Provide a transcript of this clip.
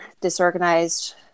disorganized